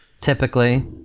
Typically